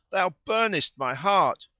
thou burnest my heart!